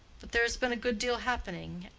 but there has been a good deal happening,